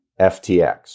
ftx